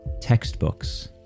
textbooks